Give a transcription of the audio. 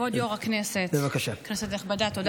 כבוד יו"ר הישיבה, כנסת נכבדה, בבקשה.